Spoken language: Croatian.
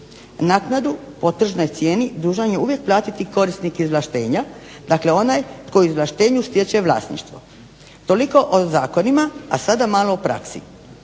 Naknadu o tržnoj cijeni dužan je uvijek platiti korisnik izvlaštenja, dakle onaj tko u izvlaštenju stječe vlasništvo. Toliko o zakonima, a sada malo o praksi.